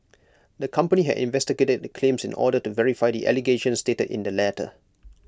the company had investigated the claims in order to verify the allegations stated in the letter